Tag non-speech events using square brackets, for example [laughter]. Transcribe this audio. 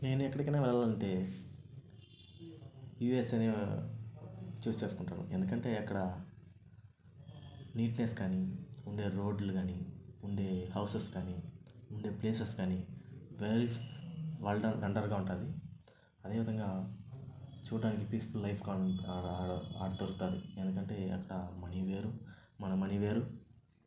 నేను ఎక్కడికైనా వెళ్లాలంటే యుఎస్ అనే చూస్ చేసుకుంటాను ఎందుకంటే అక్కడ నీట్నెస్ కానీ ఉండే రోడ్లు కానీ ఉండే హౌసెస్ కానీ ఉండే ప్లేసెస్ కానీ వెల్ వాల్డర్ వండర్గా ఉంటుంది అదేవిధంగా చూడడానికి పీస్ఫుల్ లైఫ్ [unintelligible] ఆడ ఆడ దొరుకుతుంది ఎందుకంటే అక్కడ మనీ వేరు మన మనీ వేరు